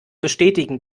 bestätigen